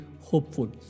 hopeful